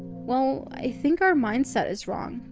well, i think our mindset is wrong.